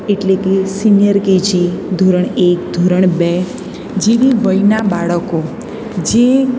એટલે કે senior KG ધોરણ એક ધોરણ બે જેવી વયનાં બાળકો જે